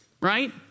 right